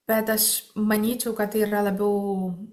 bet aš manyčiau kad tai yra labiau